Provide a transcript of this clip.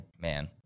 Man